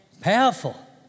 Powerful